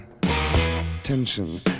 tension